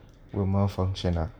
will malfunction ah